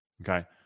Okay